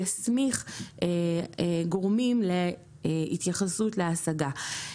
יסמיך גורמים להתייחסות להשגה.